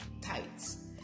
tights